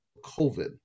covid